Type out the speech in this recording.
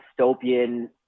dystopian